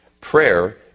prayer